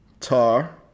Tar